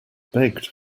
begged